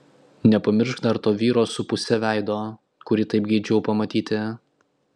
nepamiršk dar to vyro su puse veido kurį taip geidžiau pamatyti